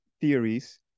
theories